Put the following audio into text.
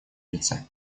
лице